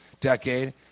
decade